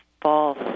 false